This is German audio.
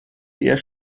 eher